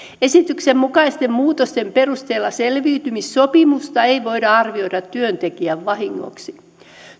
esityksen mukaisten muutosten perusteella selviytymissopimusta ei voida arvioida työntekijän vahingoksi